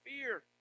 fear